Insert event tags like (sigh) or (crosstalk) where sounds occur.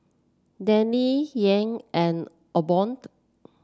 Dagny Yael and (unintelligible)